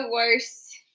worst